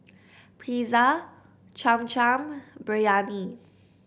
Pizza Cham Cham and Biryani